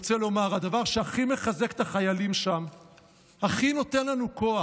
ידבר שונאינו תחתיהם ויעטרם בכתר ישועה ובעטרת ניצחון ויקוים בהם הכתוב: